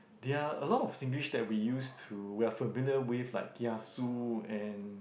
there are a lot of Singlish that we used to we are familiar with like kiasu and